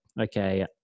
okay